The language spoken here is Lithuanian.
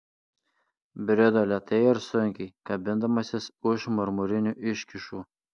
brido lėtai ir sunkiai kabindamasis už marmurinių iškyšų